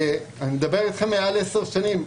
אני מדבר אתכם על למעלה מ-10 שנים.